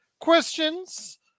questions